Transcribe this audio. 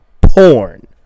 porn